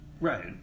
Right